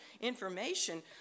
information